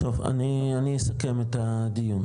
טוב, אני אסכם את הדיון.